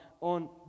on